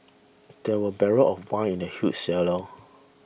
there were barrels of wine in the huge cellar